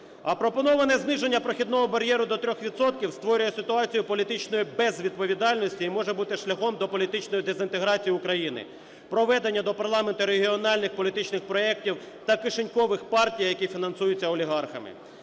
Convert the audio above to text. А пропоноване зниження прохідного бар'єру до 3 відсотків створює ситуацію політичної безвідповідальності і може бути шляхом до політичної дезінтеграції України, проведення до парламенту регіональних політичних проектів та кишенькових партій, які фінансуються олігархами.